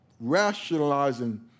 rationalizing